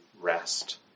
rest